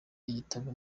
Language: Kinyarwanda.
yitabye